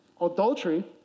Adultery